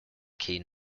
keen